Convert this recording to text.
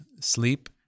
sleep